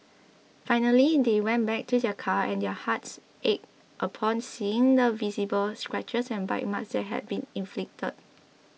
finally they went back to their car and their hearts ached upon seeing the visible scratches and bite marks that had been inflicted